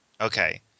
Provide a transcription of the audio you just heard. Okay